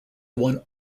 one